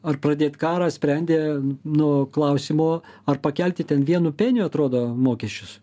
ar pradėt karą sprendė nuo klausimo ar pakelti ten vienu peniu atrodo mokesčius